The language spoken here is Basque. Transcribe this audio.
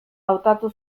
hautatu